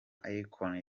akon